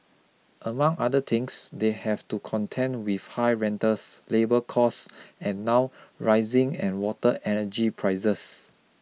among other things they have to contend with high rentals labour costs and now rising and water energy prices